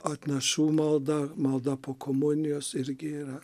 atnašų malda malda po komunijos irgi yra